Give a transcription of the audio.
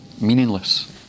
meaningless